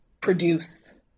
produce